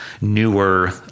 newer